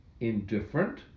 indifferent